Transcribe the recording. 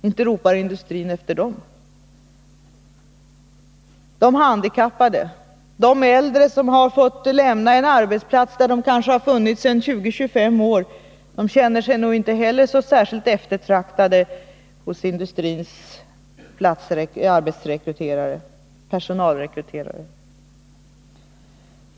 Inte ropar industrin efter dem heller. De handikappade och de äldre som fått gå ifrån en arbetsplats där de kanske jobbat under 20-25 år känner sig nog inte särskilt eftertraktade av industrins personalrekryterare.